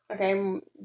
Okay